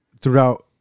throughout